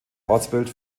ortsbild